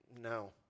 no